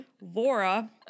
Laura